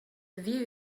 view